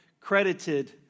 credited